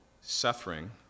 suffering